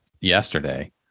yesterday